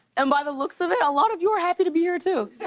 and by the looks of it, a lot of you are happy to be here too.